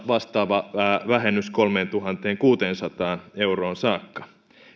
vastaava vähennys kolmeentuhanteenkuuteensataan euroon saakka